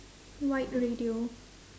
white radio